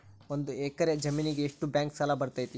ಒಂದು ಎಕರೆ ಜಮೇನಿಗೆ ಎಷ್ಟು ಬ್ಯಾಂಕ್ ಸಾಲ ಬರ್ತೈತೆ?